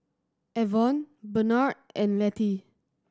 Avon Benard and Lettie